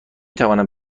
توانم